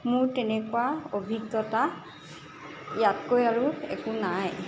মোৰ তেনেকুৱা অভিজ্ঞতা ইয়াতকৈ আৰু একো নাই